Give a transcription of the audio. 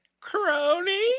Crony